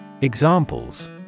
Examples